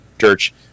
church